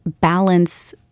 balance